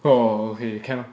oh okay cannot